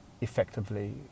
effectively